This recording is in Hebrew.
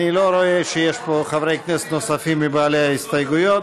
אני לא רואה שיש פה חברי כנסת נוספים מבעלי ההסתייגויות,